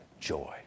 joy